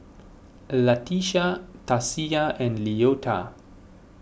Latisha Tasia and Leota